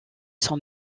son